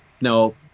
no